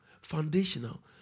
foundational